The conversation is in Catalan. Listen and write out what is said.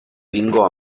bingo